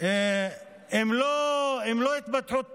הן לא התפתחות טבע,